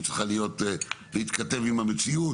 היא צריכה להתכתב עם המציאות,